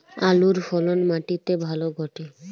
আলুর ফলন মাটি তে ভালো ঘটে?